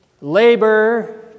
labor